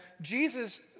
Jesus